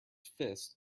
fist